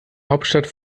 hauptstadt